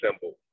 symbol